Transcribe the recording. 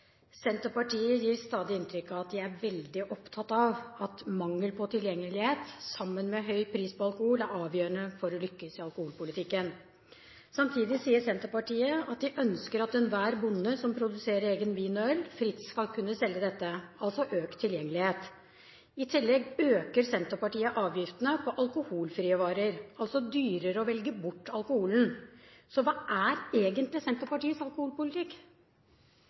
Senterpartiet gir stadig inntrykk av at de er veldig opptatt av at mangel på tilgjengelighet, sammen med høy pris på alkohol, er avgjørende for å lykkes i alkoholpolitikken. Samtidig sier Senterpartiet at de ønsker at enhver bonde som produserer egen vin og eget øl, fritt skal kunne selge dette – altså økt tilgjengelighet. I tillegg øker Senterpartiet avgiftene på alkoholfrie varer, og gjør det altså dyrere å velge bort alkoholen. Hva er egentlig Senterpartiets alkoholpolitikk?